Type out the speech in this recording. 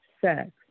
sex